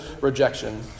rejection